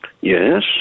Yes